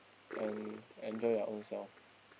and enjoy your own self